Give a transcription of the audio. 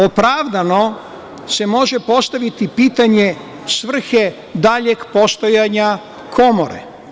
Opravdano se može postaviti pitanje svrhe daljeg postojanja komore.